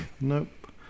Nope